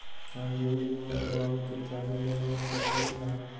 हम जीवन बीमा कारवाबे के चाहईले, हो सकलक ह?